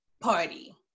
party